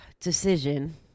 decision